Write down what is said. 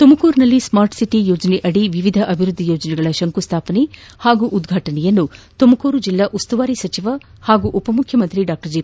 ತುಮಕೂರಿನಲ್ಲಿ smart city ಯೋಜನೆಯಡಿ ವಿವಿಧ ಅಭಿವೃದ್ದಿ ಯೋಜನೆಗಳ ಶಂಕುಸ್ವಾಪನೆ ಹಾಗೂ ಉದ್ಘಾಟನೆಯನ್ನು ತುಮಕೂರು ಜಿಲ್ಲಾ ಉಸ್ತುವಾರಿ ಸಚಿವ ಹಾಗೂ ಉಪಮುಖ್ಯಮಂತ್ರಿ ಡಾ ಜಿ